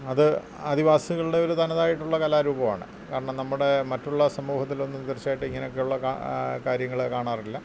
അത് ആദിവാസികളുടെ ഒരു തനതായിട്ടുള്ള കലാരൂപമാണ് കാരണം നമ്മുടെ മറ്റുള്ള സമൂഹത്തിലൊന്നും തീർച്ചയായിട്ടും ഇങ്ങനെയൊക്കെയുള്ള കാ കാര്യങ്ങൾ കാണാറില്ല